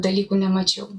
dalykų nemačiau